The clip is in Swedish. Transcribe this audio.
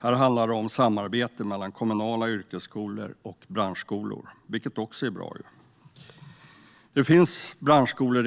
Här handlar det om samarbete mellan kommunala yrkesskolor och branschskolor, vilket också är bra. Det finns redan i dag branschskolor.